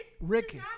Rick